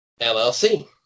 LLC